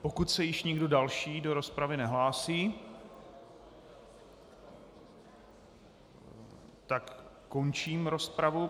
Pokud se již nikdo další do rozpravy nehlásí, tak končím rozpravu.